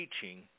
teaching